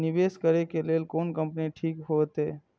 निवेश करे के लेल कोन कंपनी ठीक होते?